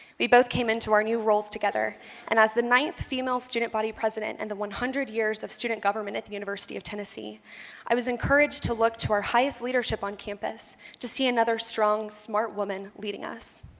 we both came into our new roles together and as the ninth female student-body president in and the one hundred years of student government at the university of tennessee i was encouraged to look to our highest leadership on campus to see another strong smart woman leading us.